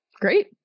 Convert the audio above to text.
Great